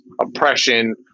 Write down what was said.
oppression